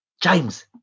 James